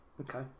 Okay